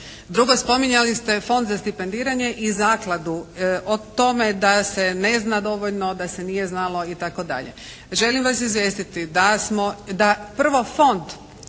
Drugo, spominjali ste Fond za stipendiranje i zakladu. O tome da se ne zna dovoljno, da se nije znalo i tako dalje. Želim vas izvijestiti da smo, da,